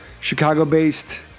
Chicago-based